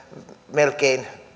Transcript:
melkein